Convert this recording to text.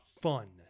fun